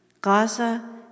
Gaza